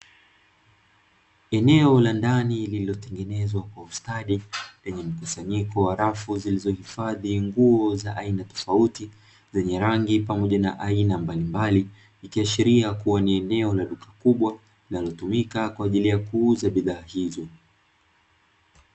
Eneo la ndani lilitongenezwa kwa ustadi lenye mkusanyiko wa rafu zilizohifadhi nguo za aina tofauti zenye rangi na aina mbalimbali, ikiashiria kuwa ni eneo la duka kubwa linalotumika kwa ajili ya kuuza bidhaa hizo.